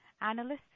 Analysts